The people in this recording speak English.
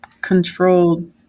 controlled